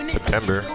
September